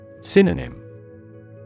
Synonym